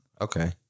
Okay